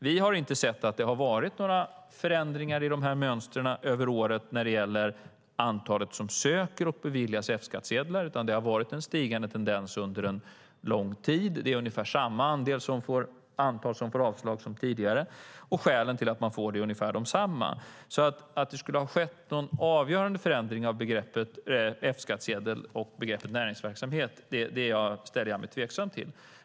Vi har inte sett några förändringar i mönstren över åren när det gäller antalet personer som söker och beviljas F-skattsedlar, utan det har varit en stigande tendens under en lång tid. Det är ungefär samma antal som får avslag som tidigare, och skälen till att man får det är ungefär desamma. Att det skulle ha skett någon avgörande förändring av begreppen F-skattsedel och näringsverksamhet ställer jag mig tveksam till.